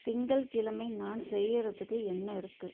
திங்கள்கிழமை நான் செய்யறதுக்கு என்ன இருக்கு